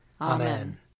Amen